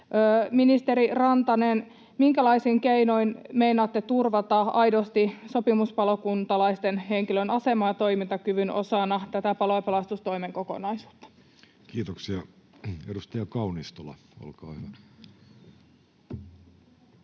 Ministeri Rantanen, minkälaisin keinoin meinaatte turvata aidosti sopimuspalokuntalaisten aseman ja toimintakyvyn osana tätä palo- ja pelastustoimen kokonaisuutta? [Speech 277] Speaker: Jussi Halla-aho